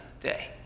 day